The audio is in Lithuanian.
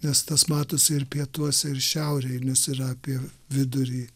nes tas matosi ir pietuose ir šiaurėj nes yra apie vidurį